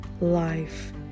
life